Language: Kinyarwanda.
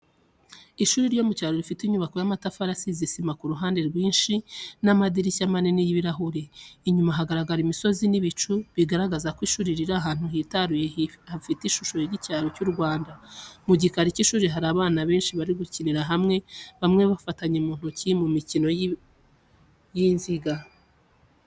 Ishuri ryo mu cyaro, rifite inyubako y’amatafari asize isima ku ruhande rwinshi n’amadirishya manini y’ibirahure. Inyuma, hagaragara imisozi n’ibicu, bigaragaza ko iri shuri riri ahantu hitaruye, hifitemo ishusho y’icyaro cy’u Rwanda. Mu gikari cy’ishuri, hari abana benshi bari gukinira hamwe, bamwe bafatanye mu ntoki mu mukino w’inziga.